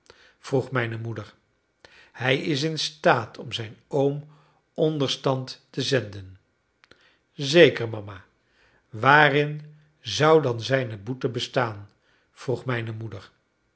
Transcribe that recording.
vroeg mijne moeder hij is in staat om zijn oom onderstand te zenden zeker mama waarin zou dan zijne boete bestaan vroeg mijne moeder